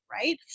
right